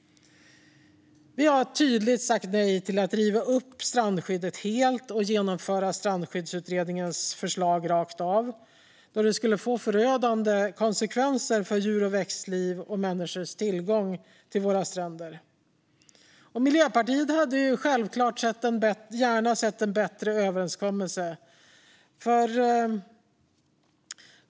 Vi har sagt tydligt nej till att helt riva upp strandskyddet och genomföra Strandskyddsutredningens förslag rakt av. Det skulle få förödande konsekvenser för djur och växtliv och för människors tillgång till våra stränder. Miljöpartiet hade självklart gärna sett en bättre överenskommelse.